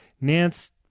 Nance